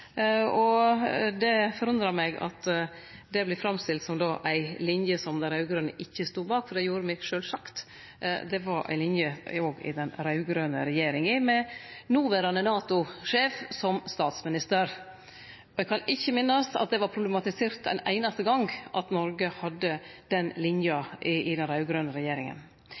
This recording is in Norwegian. og det forundrar meg at det vert framstilt som ei linje som dei raud-grøne ikkje stod bak, for det gjorde me sjølvsagt. Det var ei linje òg i den raud-grøne regjeringa med noverande NATO-sjef som statsminister, og eg kan ikkje minnast at det var problematisert ein einaste gong at Noreg hadde den linja i den raud-grøne regjeringa.